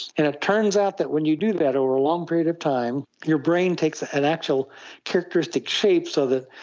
and it turns out that when you do that over a long period of time, your brain takes on ah an actual characteristic shape so that,